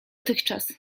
tychczas